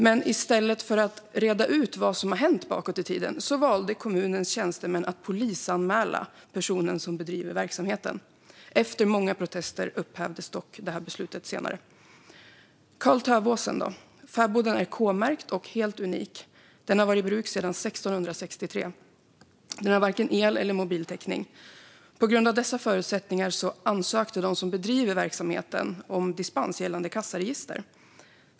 Men i stället för att reda ut vad som hänt bakåt i tiden valde kommunens tjänstemän att polisanmäla personen som bedriver verksamheten. Efter många protester upphävdes dock beslutet senare. Karl-Tövåsens fäbod är k-märkt och helt unik. Den har varit i bruk sedan 1663. Den har varken el eller mobiltäckning. På grund av dessa förutsättningar ansökte de som bedriver verksamheten om dispens gällande kassaregister.